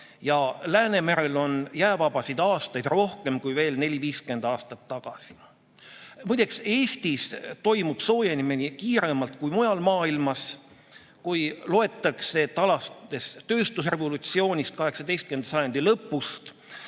ja Läänemerel on jäävabasid aastaid rohkem kui veel 40–50 aastat tagasi. Muide, Eestis toimub soojenemine kiiremalt kui mujal maailmas. Loetakse, et alates tööstusrevolutsioonist, 18. sajandi lõpust